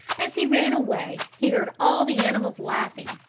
as he ran away he heard all the animals laughing,